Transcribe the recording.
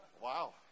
Wow